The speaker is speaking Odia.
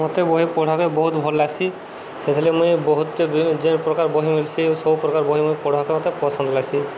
ମୋତେ ବହି ପଢ଼ବାକେ ବହୁତ ଭଲ୍ ଲାଗ୍ସି ସେଥିର୍ଲାଗି ମୁଇଁ ବହୁତଟେ ଯେନ୍ପ୍ରକାର ବହି ମିଲ୍ସି ସବୁ ପ୍ରକାର ବହି ମୁଇଁ ପଢ଼ବାକେ ମୋତେ ପସନ୍ଦ ଲାଗ୍ସି